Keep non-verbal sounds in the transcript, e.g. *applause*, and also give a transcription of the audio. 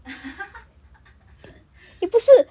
*laughs*